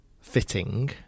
fitting